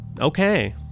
Okay